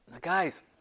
guys